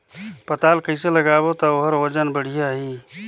पातल कइसे लगाबो ता ओहार वजन बेडिया आही?